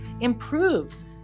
improves